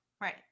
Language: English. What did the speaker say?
Right